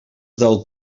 del